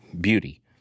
Beauty